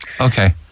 Okay